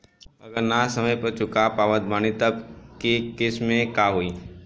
अगर ना समय पर चुका पावत बानी तब के केसमे का होई?